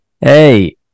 Hey